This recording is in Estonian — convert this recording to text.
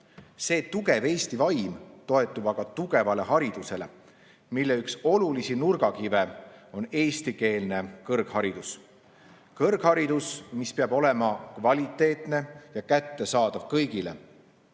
See tugev eesti vaim toetub aga tugevale haridusele, mille üks olulisi nurgakive on eestikeelne kõrgharidus. Kõrgharidus, mis peab olema kvaliteetne ja kättesaadav kõigile,